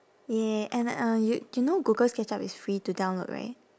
ya and uh you do you know google sketchup is free to download right